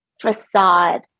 facade